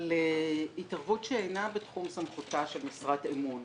בנוגע להתערבות שאינה בתחום סמכותה של משרת אמון.